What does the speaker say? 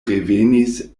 revenis